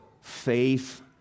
faith